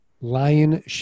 Lion